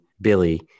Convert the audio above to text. Billy